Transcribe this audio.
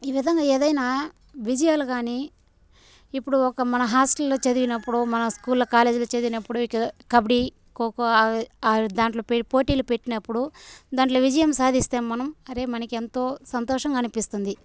ఈ విధంగా ఏదైనా విజయాలు గానీ ఇప్పుడు ఒక మన హాస్టల్లో చదివినప్పుడు మన స్కూల్లో కాలేజ్లో చదివినప్పుడు కబడి ఖోఖో ఆ దాంట్లో పోటీలు పెట్టినప్పుడు దాంట్లో విజయం సాధిస్తే మనం అరె మనకెంతో సంతోషంగా అనిపిస్తుంది